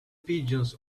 pigeons